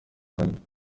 کنیم